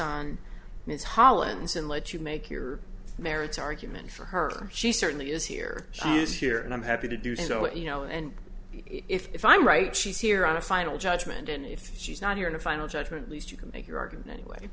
on his hollands and let you make your merits argument for her she certainly is here she is here and i'm happy to do so but you know and if i'm right she's here on a final judgment and if she's not here in a final judgment least you can make your argument anyway